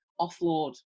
offload